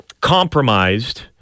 compromised